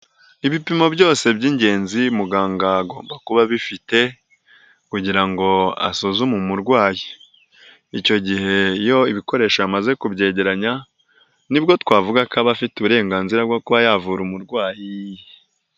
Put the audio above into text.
Ibipimo byose by'ingenzi muganga agomba kuba abifite kugira ngo asuzume umurwayi, icyo gihe iyo ibikoresho yamaze kubyegeranya nibwo twavuga ko aba afite uburenganzira bwo kuba yavura umurwayi.